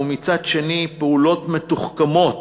ומצד שני, פעולות מתוחכמות